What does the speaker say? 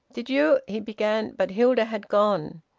did you he began. but hilda had gone.